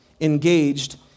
engaged